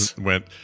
went